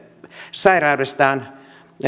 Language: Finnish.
sairaudestaan